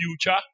future